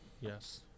Yes